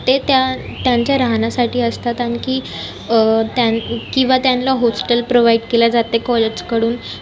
ते त्यांच्या राहण्यासाठी असतात आणखी त्यांच्या किंवा त्यांना हॉस्टेल प्रोव्हाइड केले जाते कॉलेजकडून